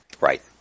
Right